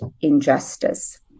injustice